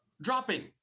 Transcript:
dropping